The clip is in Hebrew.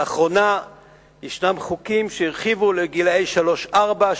לאחרונה חוקקו חוקים שהרחיבו זאת לגילאי שלוש-ארבע,